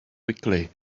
quickly